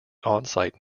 onsite